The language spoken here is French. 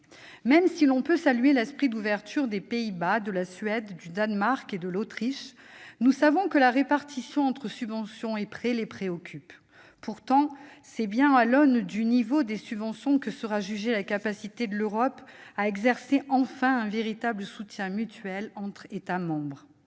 Même si l'on peut saluer l'esprit d'ouverture des Pays-Bas, de la Suède, du Danemark et de l'Autriche, nous savons que la répartition entre subventions et prêts les préoccupe. Pourtant, c'est bien à l'aune du niveau des subventions que sera jugée la capacité de l'Europe à garantir enfin un véritable soutien mutuel entre États membres.